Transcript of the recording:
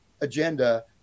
agenda